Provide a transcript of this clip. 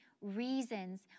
reasons